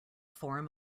form